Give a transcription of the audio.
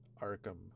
arkham